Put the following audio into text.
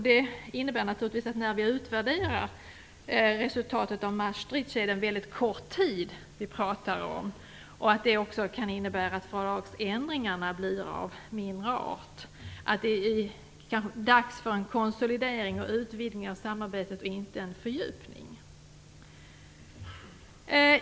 Det innebär naturligtvis att när vi utvärderar resultatet av Maastricht är det en väldigt kort tid vi pratar om, och det kan också innebära att fördragsändringarna blir av mindre art. Det är kanske dags för en konsolidering och utvidgning av samarbetet och inte en fördjupning.